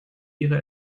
ihre